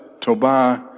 Tobiah